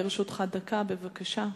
לרשותך דקה, בבקשה.